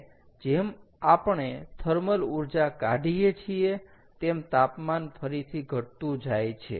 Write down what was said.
અને જેમ આપણે થર્મલ ઊર્જા કાઢીએ છીએ તેમ તાપમાન ફરીથી ઘટતું જાય છે